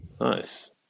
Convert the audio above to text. Nice